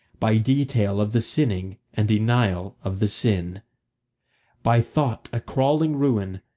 by detail of the sinning, and denial of the sin by thought a crawling ruin,